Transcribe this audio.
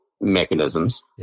mechanisms